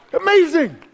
Amazing